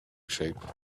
shape